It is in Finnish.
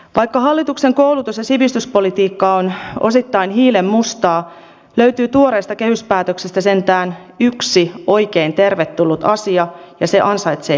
vaikka hallituksen koulutus ja sivistyspolitiikka on osittain hiilenmustaa löytyy tuoreesta kehyspäätöksestä sentään yksi oikein tervetullut asia ja se ansaitsee kiitoksen